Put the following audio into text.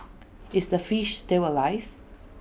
is the fish still alive